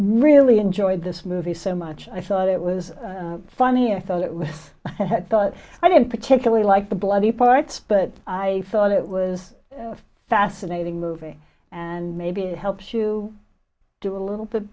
really enjoyed this movie so much i thought it was funny i thought it was i had thought i didn't particularly like the bloody parts but i thought it was fascinating movie and maybe it helps you do a little bit